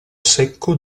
secco